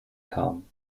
kamen